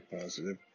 positive